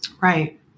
Right